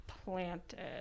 Planted